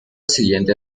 siguiente